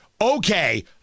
Okay